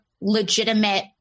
legitimate